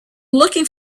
looking